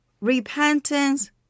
Repentance